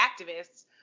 activists